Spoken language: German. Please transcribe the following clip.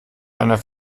einer